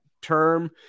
term